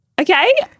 okay